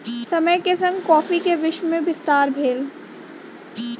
समय के संग कॉफ़ी के विश्व में विस्तार भेल